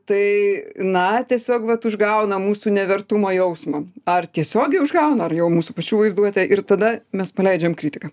tai na tiesiog vat užgauna mūsų nevertumo jausmą ar tiesiogiai užgauna ar jau mūsų pačių vaizduotę ir tada mes paleidžiam kritiką